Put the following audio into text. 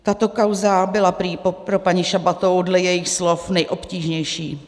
Tato kauza byla prý pro paní Šabatovou dle jejích slov nejobtížnější.